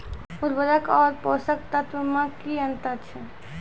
उर्वरक आर पोसक तत्व मे की अन्तर छै?